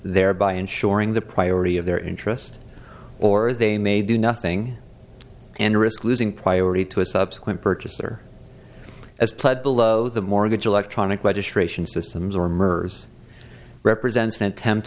thereby ensuring the priority of their interest or they may do nothing and risk losing priority to a subsequent purchaser as played below the mortgage electronic registration systems or murders represents an attempt